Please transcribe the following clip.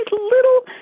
little